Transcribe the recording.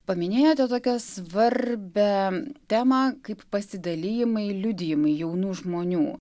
paminėjote tokią svarbią temą kaip pasidalijimai liudijimai jaunų žmonių